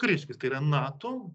kariškis tai yra nato